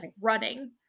running